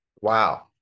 Wow